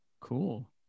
Cool